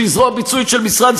שהיא זרוע ביצועית של משרד,